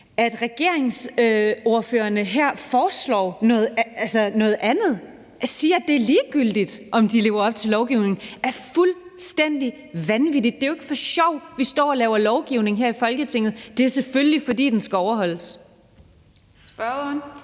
At regeringsordførerne her foreslår noget andet og siger, at det er ligegyldigt, om de lever op til lovgivningen, er fuldstændig vanvittigt. Det er jo ikke for sjov, at vi står og laver lovgivning her i Folketinget; det er selvfølgelig, fordi den skal overholdes. Kl.